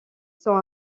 sont